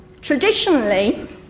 traditionally